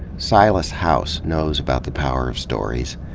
silas house knows about the power of stories.